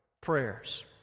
prayers